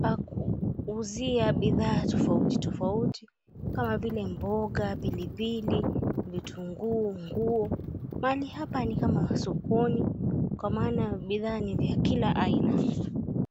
pa kuuzia bidhaa tofauti tofauti kama vile; mboga, pilipili, vitunguu, nguo. Mahali hapa ni kama sokoni kwa maana bidhaa ni vya kila aina.